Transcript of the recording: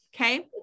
okay